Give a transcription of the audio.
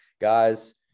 Guys